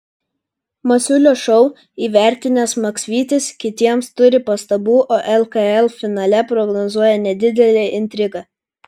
masiulio šou įvertinęs maksvytis kitiems turi pastabų o lkl finale prognozuoja nedidelę intrigą